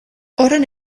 horren